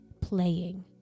playing